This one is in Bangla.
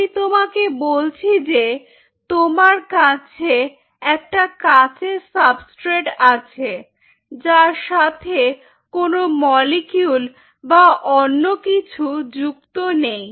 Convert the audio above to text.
আমি তোমাকে বলছি যে তোমার কাছে একটা কাঁচের সাবস্ট্রেট আছে যার সাথে কোনো মলিকিউল্ বা অন্যকিছু যুক্ত নেই